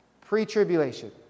pre-tribulation